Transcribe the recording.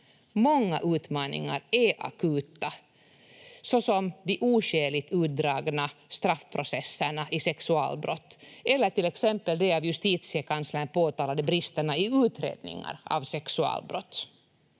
Många utmaningar är akuta, såsom de oskäligt utdragna straffprocesserna i sexualbrott eller till exempel de av justitiekanslern påtalade bristerna i utredningar av sexualbrott.